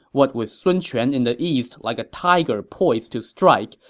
what with sun quan in the east like a tiger poised to strike,